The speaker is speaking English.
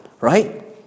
right